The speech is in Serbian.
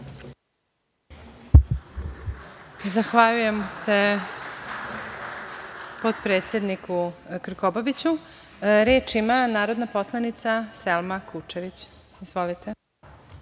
Zahvaljujem se potpredsedniku Krkobabiću. Reč ima narodna poslanica Selma Kučević. Izvolite.